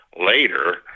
Later